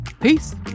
peace